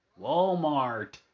Walmart